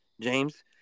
James